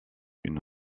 une